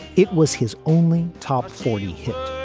it was his only top forty hit.